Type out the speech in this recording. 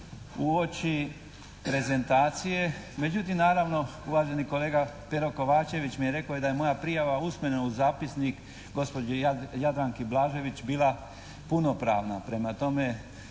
uoči prezentacije međutim naravno uvaženi kolega Pero Kovačević mi je rekao i da je moja prijava usmena u zapisnik gospođe Jadranki Blažević bila punopravna.